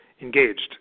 engaged